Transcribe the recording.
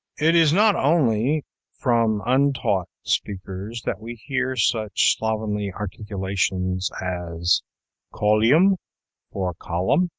it is not only from untaught speakers that we hear such slovenly articulations as colyum for column,